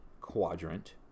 quadrant